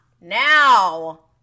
now